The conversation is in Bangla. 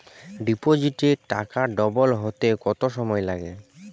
ডিপোজিটে টাকা ডবল হতে কত সময় লাগে?